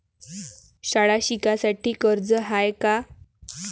शाळा शिकासाठी कर्ज हाय का?